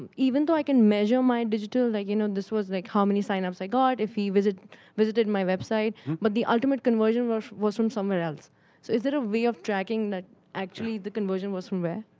even though i can measure my and digital like, you know, this was like how many signups i got if he visit visited my website but the ultimate conversion was was from somewhere else. so is there a way of tracking that actually the conversion was from where?